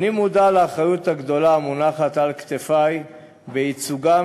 אני מודע לאחריות הגדולה המונחת על כתפי בייצוגם